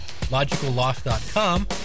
LogicalLoss.com